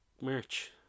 Merch